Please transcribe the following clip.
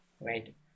Right